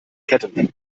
kettenhemd